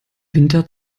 winter